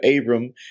abram